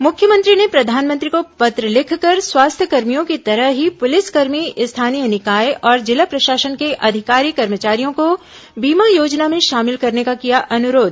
मुख्यमंत्री ने प्रधानमंत्री को पत्र लिखकर स्वास्थ्यकर्मियों की तरह ही पुलिसकर्मी स्थानीय निकाय और जिला प्रशासन के अधिकारी कर्मचारियों को बीमा योजना में शामिल करने का किया अनुरोध